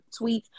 tweets